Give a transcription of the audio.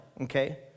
okay